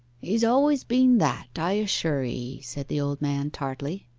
he's always been that, i assure ee, said the old man tartly.